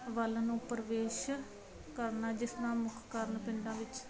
ਵੱਲ ਨੂੰ ਪ੍ਰਵੇਸ਼ ਕਰਨਾ ਜਿਸ ਦਾ ਮੁੱਖ ਕਾਰਨ ਪਿੰਡਾਂ ਵਿੱਚ